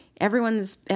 everyone's